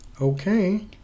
Okay